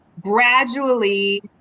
gradually